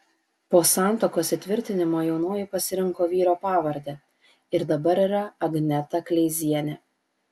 po santuokos įtvirtinimo jaunoji pasirinko vyro pavardę ir dabar yra agneta kleizienė